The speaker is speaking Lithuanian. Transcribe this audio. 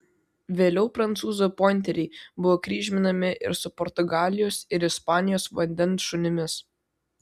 vėliau prancūzų pointeriai buvo kryžminami ir su portugalijos ir ispanijos vandens šunimis